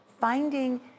finding